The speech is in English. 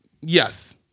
Yes